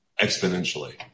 exponentially